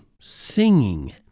singing